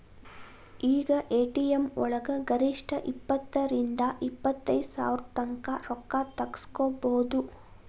ಈಗ ಎ.ಟಿ.ಎಂ ವಳಗ ಗರಿಷ್ಠ ಇಪ್ಪತ್ತರಿಂದಾ ಇಪ್ಪತೈದ್ ಸಾವ್ರತಂಕಾ ರೊಕ್ಕಾ ತಗ್ಸ್ಕೊಬೊದು